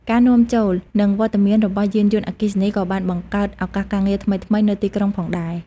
ការនាំចូល និងវត្តមានរបស់យានយន្តអគ្គីសនី ក៏បានបង្កើតឱកាសការងារថ្មីៗនៅទីក្រុងផងដែរ។